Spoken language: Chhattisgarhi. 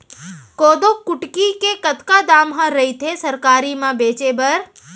कोदो कुटकी के कतका दाम ह रइथे सरकारी म बेचे बर?